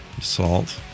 Salt